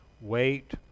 wait